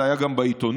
זה היה גם בעיתונות.